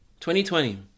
2020